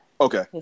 Okay